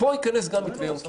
פה ייכנס גם מתווה יום כיפור.